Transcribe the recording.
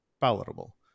palatable